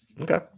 Okay